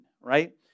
right